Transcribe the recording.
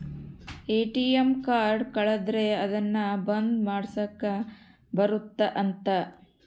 ATM card ಕಳುದ್ರೆ ಅದುನ್ನ ಬಂದ್ ಮಾಡ್ಸಕ್ ಬರುತ್ತ ಅಂತ